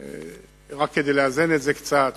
רק כדי לאזן את זה קצת,